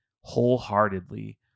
wholeheartedly